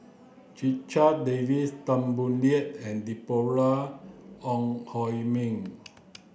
Checha Davies Tan Boo Liat and Deborah Ong Hui Min